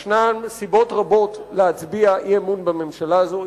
יש סיבות רבות להצביע אי-אמון בממשלה הזו.